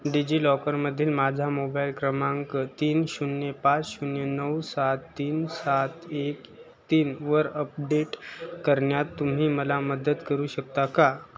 डिजिलॉकरमधील माझा मोबाईल क्रमांक तीन शून्य पाच शून्य नऊ सात तीन सात एक तीन व अपडेट करण्यात तुम्ही मला मदत करू शकता का